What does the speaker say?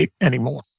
anymore